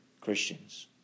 Christians